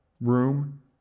room